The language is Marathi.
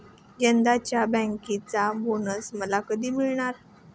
यंदाच्या बँकर्सचा बोनस मला कधी मिळणार?